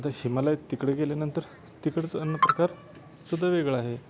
आता हिमालयात तिकडे गेल्यानंतर तिकडचं अन्नप्रकार सुद्धा वेगळा आहे